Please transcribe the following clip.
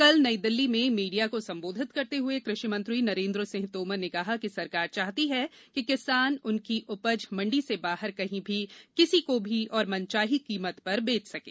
कल नई दिल्ली में मीडिया को संबोधित करते हुए कृषि मंत्री नरेन्द्र सिंह तोमर ने कहा कि सरकार चाहती है कि किसान अपनी उपज मंडी से बाहर कहीं भी किसी को भी और मनचाही कीमत पर बेच सकें